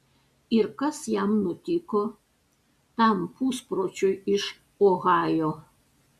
ir kas jam nutiko tam puspročiui iš ohajo